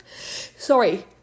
Sorry